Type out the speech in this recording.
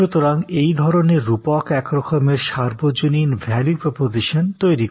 সুতরাং এই ধরণের রূপক একরকমের সার্বজনীন ভ্যালু প্রপোজিশন তৈরি করে